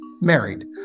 married